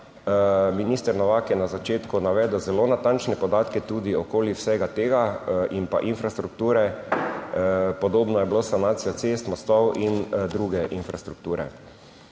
Minister Novak je na začetku navedel zelo natančne podatke tudi okoli vsega tega in pa infrastrukture, podobno je bilo s sanacijo cest, mostov in druge infrastrukture.